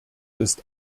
ist